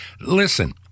Listen